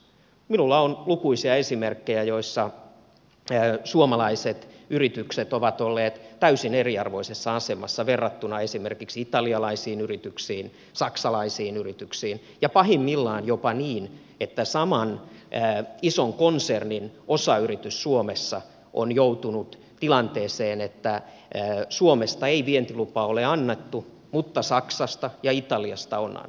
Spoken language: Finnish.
minulla on lukuisia esimerkkejä joissa suomalaiset yritykset ovat olleet täysin eriarvoisessa asemassa verrattuna esimerkiksi italialaisiin yrityksiin saksalaisiin yrityksiin ja pahimmillaan jopa niin että saman ison konsernin osayritys suomessa on joutunut tilanteeseen että suomesta ei vientilupaa ole annettu mutta saksasta ja italiasta on annettu